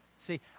See